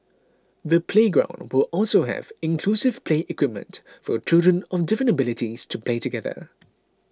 the playground will also have inclusive play equipment for children of different abilities to play together